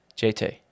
JT